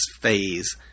phase